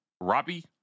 Robbie